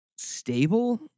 stable